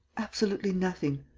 absolutely nothing.